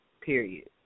period